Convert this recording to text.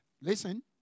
Listen